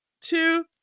two